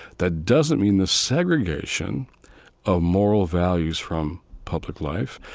that doesn't mean the segregation of moral values from public life.